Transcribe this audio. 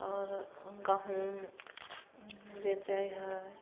आओर गहूॅंम बेचै हइ